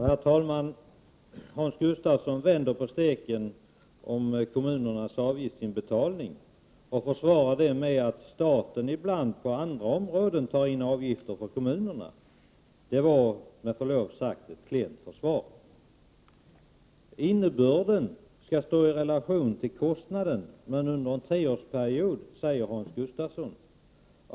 Herr talman! Hans Gustafsson vänder på steken när det gäller kommunernas avgiftsinbetalning och försvarar det med att staten ibland på andra områden tar in avgifter för kommunerna. Det var med förlov sagt ett klent för svar. Hans Gustafsson sade att innebörden är den att arbetet skall stå i rela Prot. 1989/90:45 tion till kostnaden, men det skall gälla under en treårsperiod.